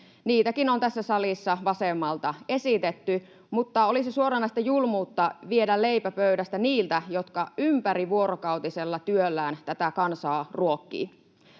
Niitäkin on tässä salissa vasemmalta esitetty, mutta olisi suoranaista julmuutta viedä leipä pöydästä niiltä, jotka ympärivuorokautisella työllään tätä kansaa ruokkivat.